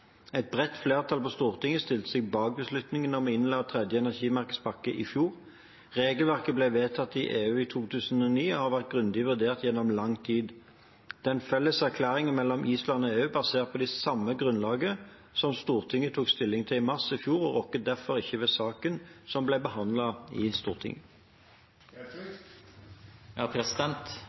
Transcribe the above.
Et bredt flertall på Stortinget stilte seg bak beslutningen om å innlemme tredje energimarkedspakke i fjor. Regelverket ble vedtatt i EU i 2009 og har vært grundig vurdert gjennom lang tid. Den felles erklæringen mellom Island og EU er basert på det samme grunnlaget som Stortinget tok stilling til i mars i fjor, og rokker derfor ikke ved saken som ble behandlet i